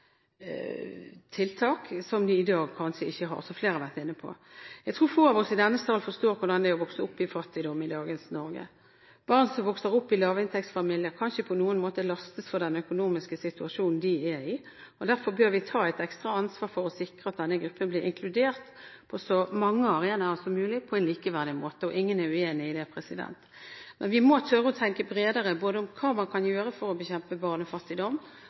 tiltak som de i dag kanskje ikke har, som flere har vært inne på. Jeg tror få av oss i denne sal forstår hvordan det er å vokse opp i fattigdom i dagens Norge. Barn som vokser opp i lavinntektsfamilier, kan ikke på noen måte lastes for den økonomiske situasjonen de er i. Derfor bør vi ta et ekstra ansvar for å sikre at denne gruppen blir inkludert på så mange arenaer som mulig, på en likeverdig måte. Ingen er uenig i det. Men vi må tørre å tenke bredere både om hva man kan gjøre for å bekjempe barnefattigdom,